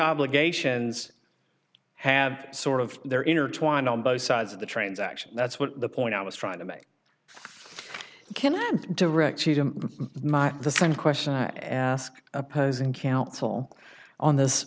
obligations have sort of they're intertwined on both sides of the transaction that's what the point i was trying to make can i direct you to the same question i asked opposing counsel on this